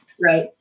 right